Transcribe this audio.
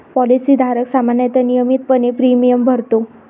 policy धारक सामान्यतः नियमितपणे प्रीमियम भरतो